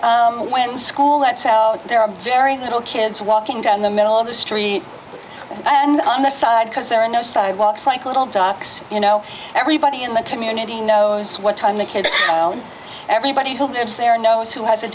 that when school lets out there are very little kids walking down the middle of the street and on the side because there are no sidewalks like little ducks you know everybody in the community knows what time the kids everybody who lives there knows who has a